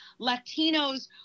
Latinos